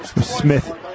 Smith